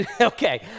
Okay